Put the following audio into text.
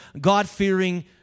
God-fearing